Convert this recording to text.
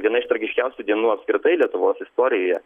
viena iš tragiškiausių dienų apskritai lietuvos istorijoje